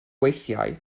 weithiau